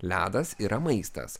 ledas yra maistas